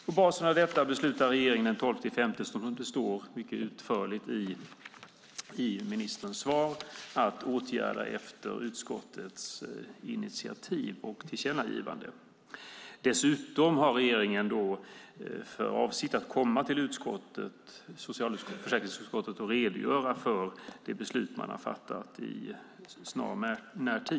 På basis av detta beslutar regeringen den 12 maj, som det står utförligt i ministerns svar, att vidta åtgärder i enlighet med utskottets initiativ och tillkännagivande. Dessutom har regeringen då för avsikt att i snar närtid komma till socialförsäkringsutskottet och redogöra för det beslut som man har fattat.